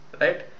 right